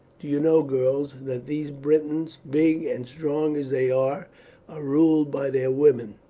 do you know, girls, that these britons, big and strong as they are, are ruled by their women.